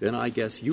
then i guess you